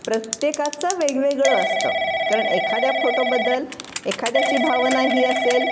प्रत्येकाचं वेगवेगळं असतं कारण एखाद्या फोटोबद्दल एखाद्याची भावना ही असेल